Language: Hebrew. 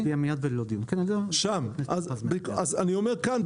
אז אני אומר שכאן,